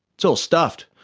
so stuffed,